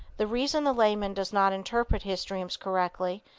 the reason the layman does not interpret his dreams correctly,